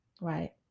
right